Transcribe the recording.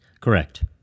Correct